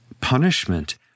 punishment